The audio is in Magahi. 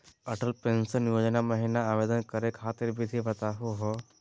अटल पेंसन योजना महिना आवेदन करै खातिर विधि बताहु हो?